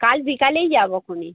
কাল বিকালেই যাবখনে